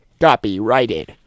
copyrighted